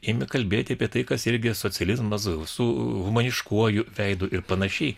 ėmė kalbėti apie tai kas irgi socializmas su humaniškuoju veidu ir panašiai